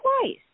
twice